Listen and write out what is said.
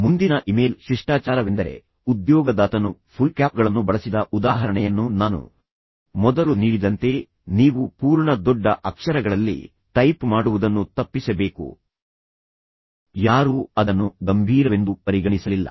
ಮುಂದಿನ ಇಮೇಲ್ ಶಿಷ್ಟಾಚಾರವೆಂದರೆ ಉದ್ಯೋಗದಾತನು ಫುಲ್ ಕ್ಯಾಪ್ಗಳನ್ನು ಬಳಸಿದ ಉದಾಹರಣೆಯನ್ನು ನಾನು ಮೊದಲು ನೀಡಿದಂತೆ ನೀವು ಪೂರ್ಣ ದೊಡ್ಡ ಅಕ್ಷರಗಳಲ್ಲಿ ಟೈಪ್ ಮಾಡುವುದನ್ನು ತಪ್ಪಿಸಬೇಕು ಯಾರೂ ಅದನ್ನು ಗಂಭೀರವೆಂದು ಪರಿಗಣಿಸಲಿಲ್ಲ